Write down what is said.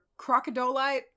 crocodolite